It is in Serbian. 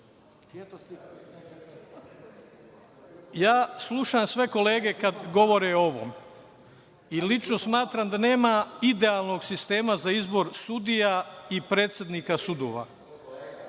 slušam sve kolege kada govore o ovome i lično smatram da nema idealnog sistema za izbor sudija i predsednika sudova,